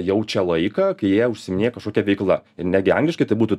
jaučia laiką kai jie užsiiminėja kažkokia veikla ir netgi angliškai tai būtų